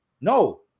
no